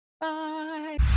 bye